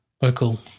vocal